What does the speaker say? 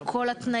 על כל התנאים.